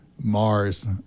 Mars